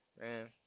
man